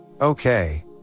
Okay